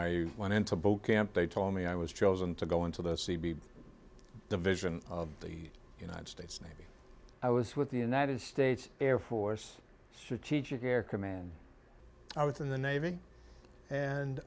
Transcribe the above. i went into boot camp they told me i was chosen to go into the c b division of the united states navy i was with the united states air force should teach you care command i was in the navy and